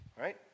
Right